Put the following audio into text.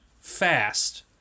fast